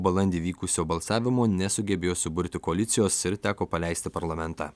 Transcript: balandį vykusio balsavimo nesugebėjo suburti koalicijos ir teko paleisti parlamentą